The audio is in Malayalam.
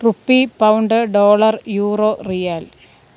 rupee pound dollar euro riyal